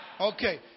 Okay